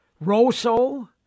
Rosso